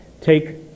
Take